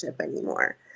anymore